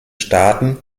staaten